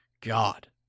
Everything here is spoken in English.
God